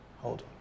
Hold